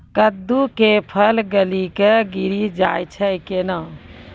कददु के फल गली कऽ गिरी जाय छै कैने?